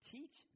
Teach